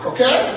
Okay